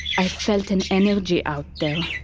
i felt an energy out there